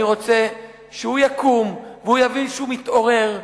אני רוצה שהוא יקום והוא יבין שהוא מתעורר,